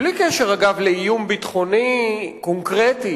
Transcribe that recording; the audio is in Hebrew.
בלי קשר לאיום ביטחוני קונקרטי